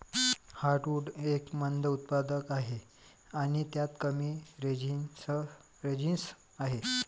heartwood एक मंद उत्पादक आहे आणि त्यात कमी रेझिनस आहे